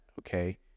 okay